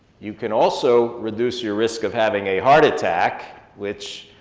you can also reduce your risk of having a heart attack, which,